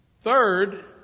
Third